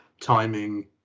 timing